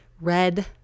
red